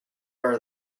are